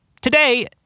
Today